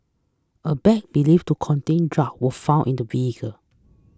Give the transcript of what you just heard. a bag believed to contain drugs was found in the vehicle